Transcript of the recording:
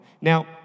Now